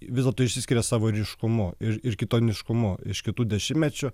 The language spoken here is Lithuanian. vis dėlto išsiskiria savo ryškumu ir kitoniškumu iš kitų dešimtmečių